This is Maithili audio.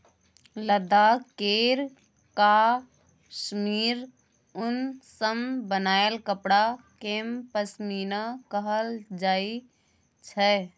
लद्दाख केर काश्मीर उन सँ बनाएल कपड़ा केँ पश्मीना कहल जाइ छै